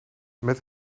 met